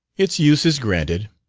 its use is granted.